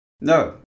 No